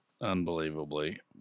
unbelievably